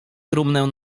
trumnę